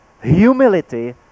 Humility